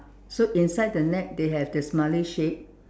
so inside the net they have the smiley shape